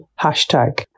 hashtag